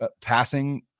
passing